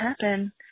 happen